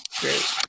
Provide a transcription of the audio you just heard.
Great